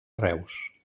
reus